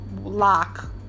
Lock